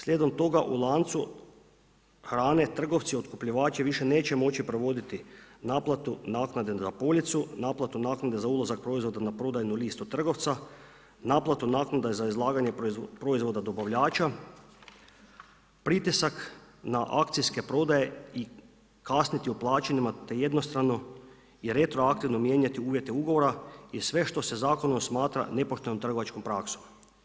Slijedom toga u lancu hrane trgovci otkupljivači više neće moći provoditi naplatu naknade za policu, naplatu naknade za ulazak proizvoda na prodajnu listu trgovca, naplatu naknade za izlaganje proizvoda dobavljača, pritisak na akcijske prodaje i kasniti u plaćanjima, te jednostrano i retroaktivno mijenjati uvjete ugovora i sve što se zakonom smatra nepoštenom trgovačkom praksom.